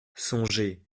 songez